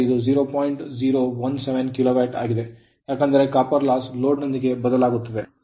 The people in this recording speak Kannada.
017ಕಿಲೋವ್ಯಾಟ್ ಆಗಿದೆ ಏಕೆಂದರೆ copper loss ಲೋಡ್ ನೊಂದಿಗೆ ಬದಲಾಗುತ್ತದೆ